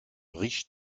riche